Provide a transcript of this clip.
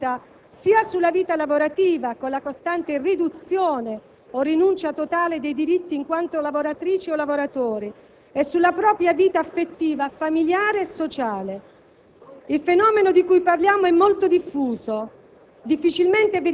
Ilcondizionamento prodotto da tale atto produce una pesante ricaduta sia sulla vita lavorativa, con la costante riduzione o rinuncia totale dei diritti in quanto lavoratrici o lavoratori, sia sulla propria vita affettiva, familiare e sociale.